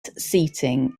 seating